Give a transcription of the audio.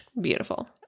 Beautiful